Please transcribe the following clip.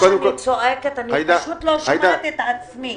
כמו שעשינו עם נשים עצמאיות שילדו,